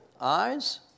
eyes